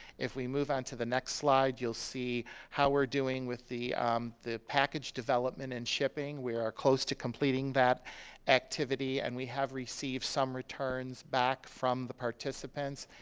if we move onto the next slide, you'll see how we're doing with the um the package development and shipping. we are close to completing that activity and we have received some returns back from the participants.